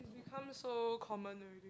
become so common already